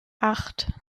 acht